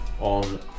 on